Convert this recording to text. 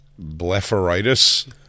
blepharitis